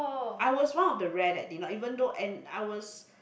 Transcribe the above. I was one of the rare that did not even though and I was